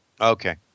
Okay